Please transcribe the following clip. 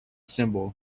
symbol